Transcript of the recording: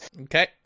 Okay